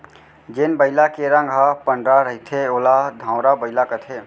जेन बइला के रंग ह पंडरा रहिथे ओला धंवरा बइला कथें